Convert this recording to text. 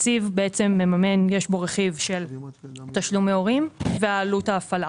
בתקציב יש רכיב של תשלומי הורים ועלות ההפעלה.